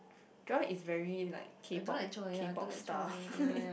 Joy is very like K-Pop K-Pop star